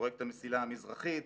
פרויקט המסילה המזרחית,